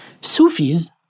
Sufis